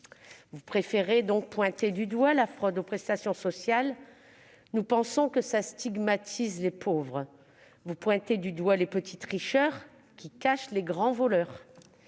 Vous préférez pointer du doigt la fraude aux prestations sociales. Nous pensons que cela stigmatise les pauvres. Vous pointez du doigt les petits tricheurs qui cachent les grands voleurs